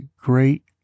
great